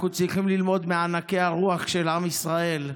אנחנו צריכים ללמוד מענקי הרוח של עם ישראל.